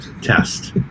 test